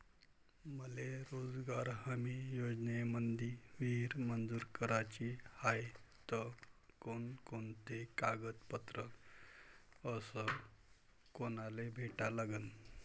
मले रोजगार हमी योजनेमंदी विहीर मंजूर कराची हाये त कोनकोनते कागदपत्र अस कोनाले भेटा लागन?